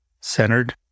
centered